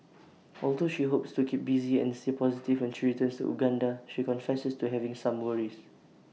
although she hopes to keep busy and stay positive when she returns to Uganda she confesses to having some worries